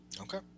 Okay